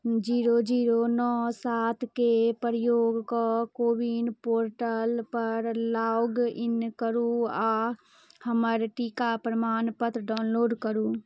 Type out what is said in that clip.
zero zero नओ सातके प्रयोग कऽ कोविन पोर्टलपर लॉगिन करू आओर हमर टीका प्रमाणपत्र डाउनलोड करू